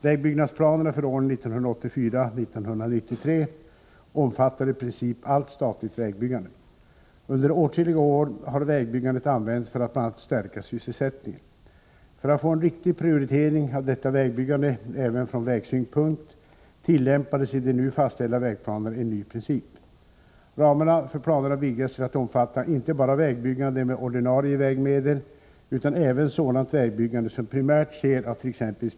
Vägbyggnadsplanerna för åren 1984-1993 omfattar i princip allt statligt vägbyggande. Under åtskilliga år har vägbyggandet använts för att bl.a. stärka sysselsättningen. För att få en riktig prioritering av detta vägbyggande, även från vägsynpunkt, tillämpades i de nu fastställda vägplanerna en ny princip. Ramarna för planerna vidgades till att omfatta inte bara vägbyggande med ordinarie vägmedel utan även sådant vägbyggande som primärt sker avt.ex.